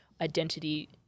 identity